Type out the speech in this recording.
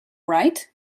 right